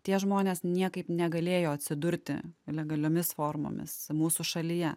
tie žmonės niekaip negalėjo atsidurti legaliomis formomis mūsų šalyje